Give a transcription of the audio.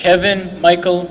kevin michael